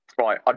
Right